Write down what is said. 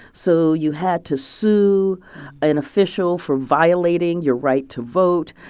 so you had to sue an official for violating your right to vote.